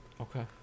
Okay